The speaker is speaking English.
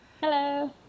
Hello